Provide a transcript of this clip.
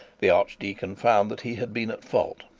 the archdeacon found that he had been at fault,